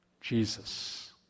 Jesus